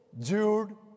Jude